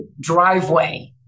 driveway